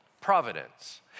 Providence